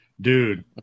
Dude